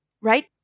right